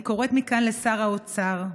אני קוראת מכאן לשר האוצר: